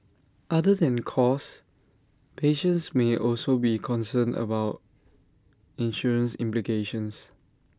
other than cost patients may also be concerned about insurance implications